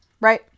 right